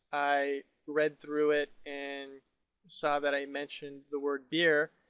i read through it and saw that i mentioned the word beer.